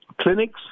clinics